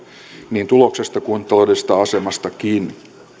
niin tuloksesta kuin taloudellisesta asemastakin